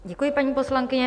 Děkuji, paní poslankyně.